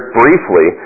briefly